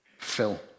Phil